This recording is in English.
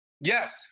Yes